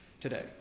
today